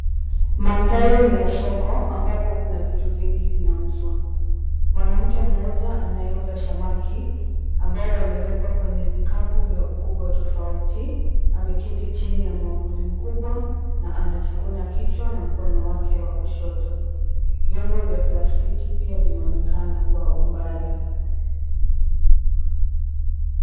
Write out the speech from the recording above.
Mandhari ni ya soko ambapo kuna vitu vingi vinauzwa. Mwanamke mmoja anayeuza samaki, ambao wamewekwa kwenye vikapu vya ukubwa 𝑡𝑜𝑓𝑎𝑢𝑡𝑖, ameketi chini ya mwavuli mkubwa na anajikuna kichwa na mkono wake wa kushoto. Vyombo vya plastiki pia vinaonekana kwa umbali.